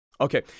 okay